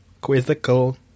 Quizzical